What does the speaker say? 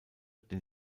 den